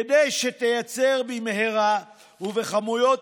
כדי שתייצר, במהרה ובכמויות,